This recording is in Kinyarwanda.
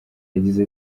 yagize